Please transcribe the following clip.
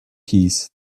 keys